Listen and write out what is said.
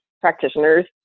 practitioners